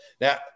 Now